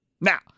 Now